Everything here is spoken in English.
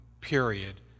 period